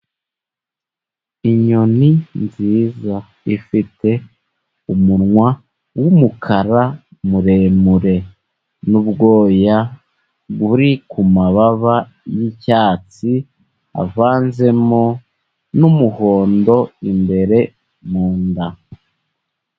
Inyoni nziza ifite umunwa w'umukara, muremure n'ubwoya buri ku mababa y'icyatsi avanzemo n'umuhondo, imbere mu nda.